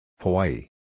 Hawaii